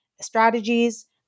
strategies